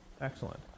Excellent